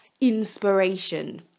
inspiration